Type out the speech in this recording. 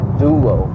duo